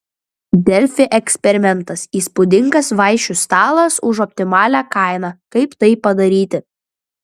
delfi eksperimentas įspūdingas vaišių stalas už optimalią kainą kaip tai padaryti